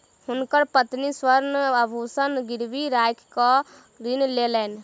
हुनकर पत्नी स्वर्ण आभूषण गिरवी राइख कअ ऋण लेलैन